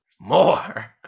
More